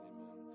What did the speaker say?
Amen